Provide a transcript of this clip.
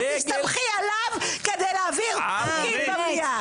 את תסתמכי עליו כדי להעביר חוקים במליאה.